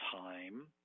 time